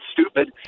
stupid